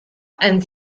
and